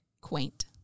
quaint